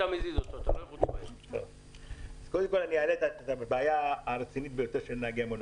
אני אעלה את הבעיה הרצינית ביותר של נהגי המוניות.